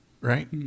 right